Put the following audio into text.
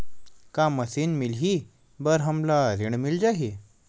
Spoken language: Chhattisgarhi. का मशीन मिलही बर हमला ऋण मिल जाही?